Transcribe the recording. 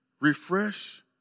Refresh